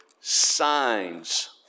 signs